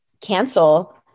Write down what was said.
cancel